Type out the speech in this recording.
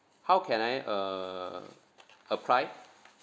how can I uh apply